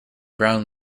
brown